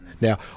Now